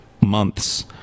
months